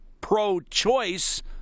pro-choice